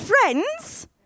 Friends